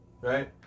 right